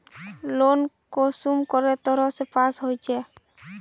Loan कुंसम करे तरह से पास होचए?